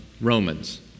Romans